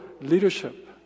leadership